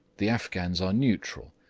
the afghans are neutral,